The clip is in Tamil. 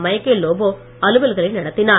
மைக்கோல் லோபோ அலுவல்களை நடத்தினார்